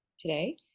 today